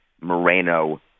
Moreno